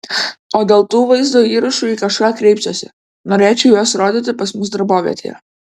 o dėl tų vaizdo įrašų į kažką kreipsiuosi norėčiau juos rodyti pas mus darbovietėje